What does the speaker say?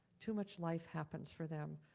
too much life happens for them.